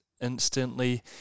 instantly